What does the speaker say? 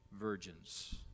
virgins